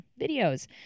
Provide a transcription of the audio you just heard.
videos